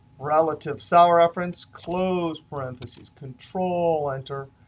relative cell reference, close parentheses, control enter,